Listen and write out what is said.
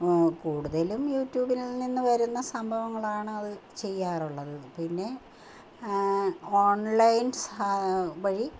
കൂടുതലും യുട്യൂബിൽ നിന്നു വരുന്ന സംഭവങ്ങളാണ് അതു ചെയ്യാറുള്ളത് പിന്നെ ഓൺലൈൻ സാ വഴി